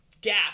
gap